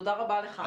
תודה רבה לך.